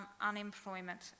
unemployment